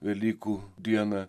velykų dieną